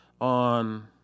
on